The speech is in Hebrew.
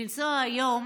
לנסוע היום